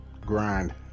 Grind